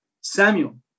Samuel